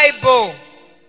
Bible